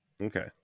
Okay